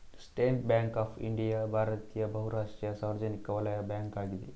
state Bank of India ಭಾರತೀಯ ಬಹು ರಾಷ್ಟ್ರೀಯ ಸಾರ್ವಜನಿಕ ವಲಯದ ಬ್ಯಾಂಕ್ ಅಗಿದೆ